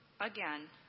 again